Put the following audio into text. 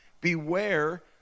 Beware